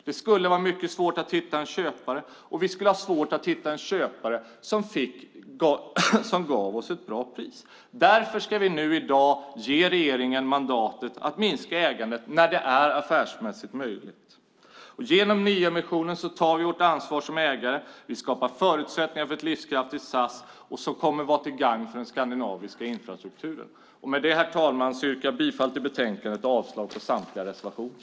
Det skulle vara mycket svårt att hitta en köpare som gav oss ett bra pris. Därför ska vi nu i dag ge regeringen mandatet att minska ägandet när det är affärsmässigt möjligt. Genom nyemissionen tar vi vårt ansvar som ägare. Vi skapar förutsättningar för ett livskraftigt SAS, något som kommer att vara till gagn för den skandinaviska infrastrukturen. Herr talman! Med det yrkar jag bifall till förslaget i betänkandet och avslag på samtliga reservationer.